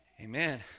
Amen